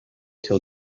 till